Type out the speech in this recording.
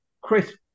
Chris